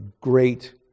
great